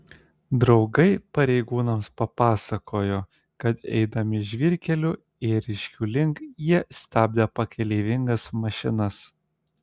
draugai pareigūnams papasakojo kad eidami žvyrkeliu ėriškių link jie stabdė pakeleivingas mašinas